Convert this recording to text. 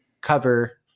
cover